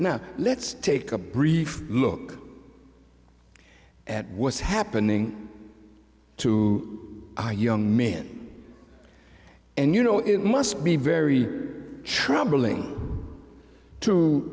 now let's take a brief look at what's happening to our young men and you know it must be very troubling to